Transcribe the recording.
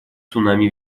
цунами